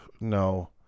No